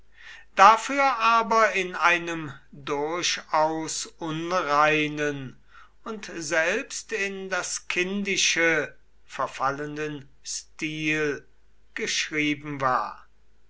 dafür aber in einem durchaus unreinen und selbst in das kindische verfallenden stil geschrieben war